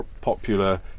popular